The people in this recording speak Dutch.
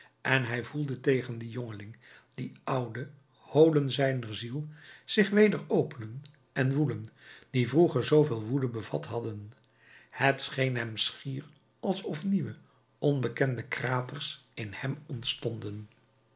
en hij voelde tegen dien jongeling die oude holen zijner ziel zich weder openen en woelen die vroeger zooveel woede bevat hadden het scheen hem schier alsof nieuwe onbekende kraters in hem ontstonden